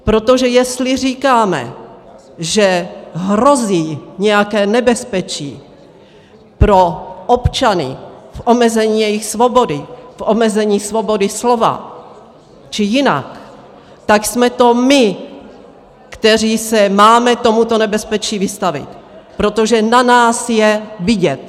Protože jestli říkáme, že hrozí nějaké nebezpečí pro občany, omezení jejich svobody, v omezení svobody slova, či jinak, tak jsme to my, kteří se máme tomuto nebezpečí vystavit, protože na nás je vidět.